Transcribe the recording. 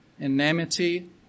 enmity